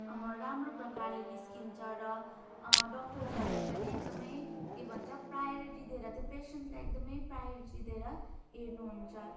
राम्रो प्रकारले निस्किन्छ र डक्टर्सहरूले पनि एकदमै के भन्छ प्रायोरिटी दिएर त्यो पेसेन्टलाई एकदमै प्रायोरिटी दिएर हेर्नुहुन्छ